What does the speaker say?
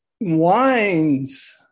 wines